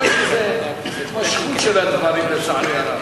פה יש איזה התמשכות של הדברים, לצערי הרב.